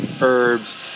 herbs